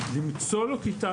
למצוא לו כיתה,